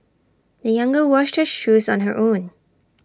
the young girl washed her shoes on her own